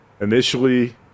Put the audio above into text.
initially